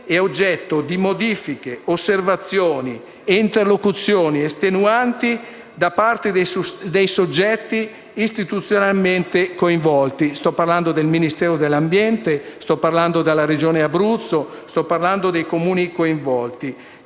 è oggetto di modifiche, osservazioni e interlocuzioni estenuanti da parte dei soggetti istituzionalmente coinvolti: sto parlando del Ministero dell'ambiente, della Regione Abruzzo e dei Comuni coinvolti.